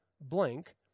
blank